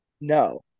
No